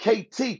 KT